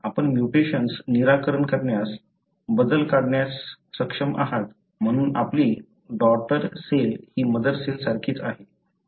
म्हणून आपण म्युटेशन्स निराकरण करण्यास बदल काढण्यास सक्षम आहात म्हणून आपली डॉटर सेल ही मदर सेल सारखीच आहे